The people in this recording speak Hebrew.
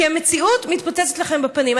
כי המציאות מתפוצצת לכם בפנים.